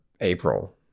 April